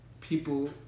people